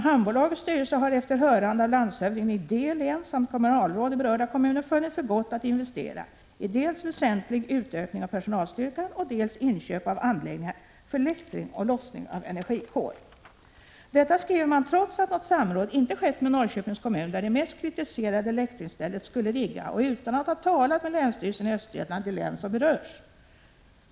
—- Hamnbolagets styrelse har efter hörande av landshövdingen i D län samt kommunalråd i berörda kommuner funnit för gott att investera i dels väsentlig utökning av personalstyrkan och dels inköp av anläggningar för läktring och lossning av energikol.” Detta skriver man trots att något samråd inte skett med Norrköpings kommun, där det mest kritiserade läktringsstället skulle ligga, och utan att ha talat med länsstyrelsen i Östergötland, det län som berörs.